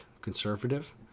conservative